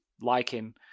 liking